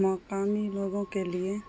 مقامی لوگوں کے لیے